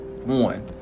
One